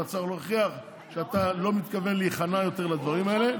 אתה צריך להוכיח שאתה לא מתכוון להיכנע יותר לדברים האלה.